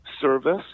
service